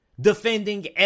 defending